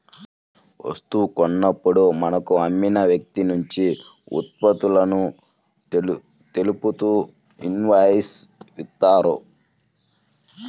వస్తువు కొన్నప్పుడు మనకు అమ్మిన వ్యక్తినుంచి ఉత్పత్తులను తెలుపుతూ ఇన్వాయిస్ ఇత్తారు